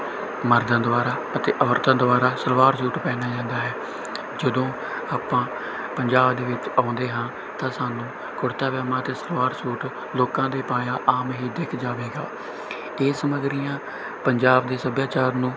ਮਰਦਾਂ ਦੁਆਰਾ ਅਤੇ ਔਰਤਾਂ ਦੁਆਰਾ ਸਲਵਾਰ ਸੂਟ ਪਹਿਨਿਆ ਜਾਂਦਾ ਹੈ ਜਦੋਂ ਆਪਾਂ ਪੰਜਾਬ ਦੇ ਵਿੱਚ ਆਉਂਦੇ ਹਾਂ ਤਾਂ ਸਾਨੂੰ ਕੁੜਤਾ ਪਜਾਮਾ ਅਤੇ ਸਲਵਾਰ ਸੂਟ ਲੋਕਾਂ ਦੇ ਪਾਇਆ ਆਮ ਹੀ ਦਿੱਖ ਜਾਵੇਗਾ ਇਹ ਸਮੱਗਰੀਆਂ ਪੰਜਾਬ ਦੇ ਸੱਭਿਆਚਾਰ ਨੂੰ